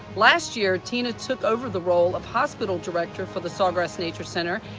last year tina took over the role of hospital director for the sawgrass nature center.